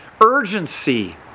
urgency